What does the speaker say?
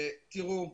תראו,